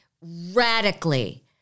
radically